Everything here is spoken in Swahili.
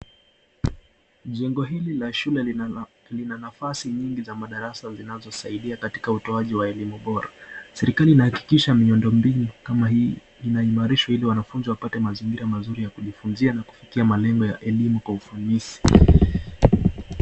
Jengo hili la shule lina nafasi nyingi ya madarasa zinazosaidia katika utoaji wa elimu bora. Serikali inahakikisha miundo mbinu kama hii inaimarishwa ili wanafunzi wapate mazingira mazuri ya kujifunzia na kufikia malengo ya elimu kwa urahisi.